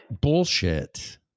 Bullshit